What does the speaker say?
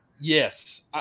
Yes